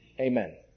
Amen